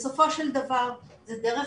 בסופו של דבר זו דרך